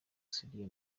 siriya